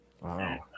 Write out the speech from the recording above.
Wow